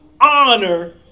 honor